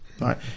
right